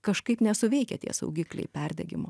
kažkaip nesuveikia tie saugikliai perdegimo